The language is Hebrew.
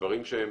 דברים שהם